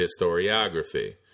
historiography